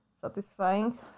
satisfying